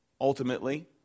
ultimately